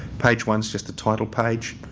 page one's just the title page.